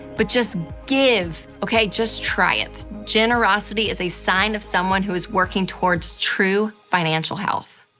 but just give, okay? just try it. generosity is a sign of someone who is working toward true financial health.